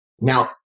Now